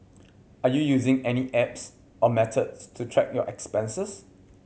are you using any apps or methods to track your expenses